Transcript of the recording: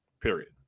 Period